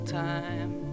time